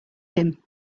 him